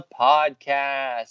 podcast